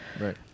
Right